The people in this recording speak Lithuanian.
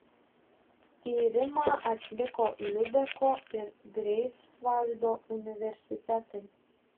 tyrimą atliko liubeko ir greifsvaldo universitetai